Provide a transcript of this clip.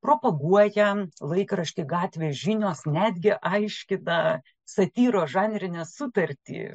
propaguoja laikraštį gatvės žinios netgi aiškina satyros žanrinę sutartį